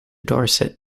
dorset